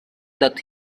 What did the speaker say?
that